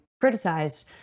criticized